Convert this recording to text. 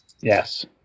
Yes